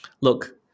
Look